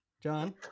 John